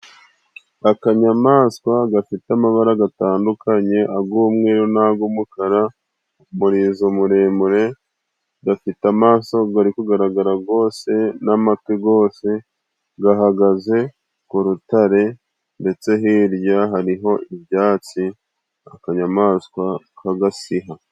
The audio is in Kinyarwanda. Akanyamaswa gafite amabara atandukanye, ay'umweru n'ay'umukara, umurizo muremure, gafite amaso ari kugaragara yose, n'amatwi yose, gahagaze k'urutare, ndetse hirya hariho ibyatsi, akanyamaswa k'agasiha.